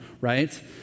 right